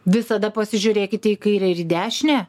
visada pasižiūrėkite į kairę ir dešinę